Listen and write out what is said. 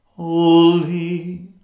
Holy